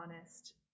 honest